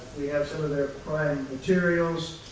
we have some of their prime materials,